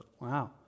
Wow